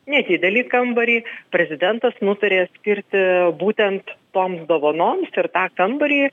nedidelį kambarį prezidentas nutarė skirti būtent toms dovanoms ir tą kambarį